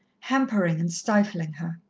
hampering and stifling her.